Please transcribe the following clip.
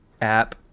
app